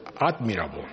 admirable